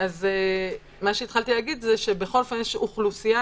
מה שהתחלתי להגיד בכל אופן שיש אוכלוסייה